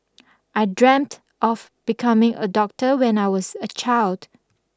I dreamt of becoming a doctor when I was a child